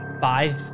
five